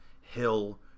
Hill